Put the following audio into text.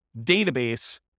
database